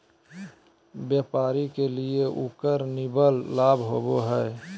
व्यापारी के लिए उकर निवल लाभ होबा हइ